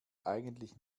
eigentlich